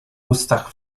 ustach